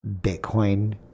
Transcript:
Bitcoin